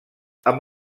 amb